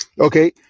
Okay